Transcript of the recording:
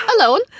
alone